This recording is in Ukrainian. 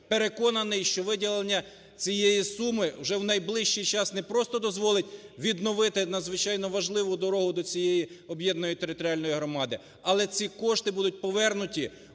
Переконаний, що виділення цієї суми вже в найближчий час не просто дозволить відновити надзвичайно важливу дорогу до цієї об'єднаної територіальної громади. Але ці кошти будуть повернуті